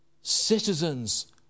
citizens